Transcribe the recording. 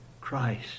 Christ